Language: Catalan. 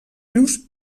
rius